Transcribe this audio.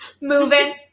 Moving